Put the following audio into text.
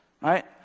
right